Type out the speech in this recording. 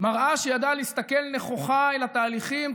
מראה שידעה להסתכל נכוחה אל התהליכים,